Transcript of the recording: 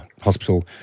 hospital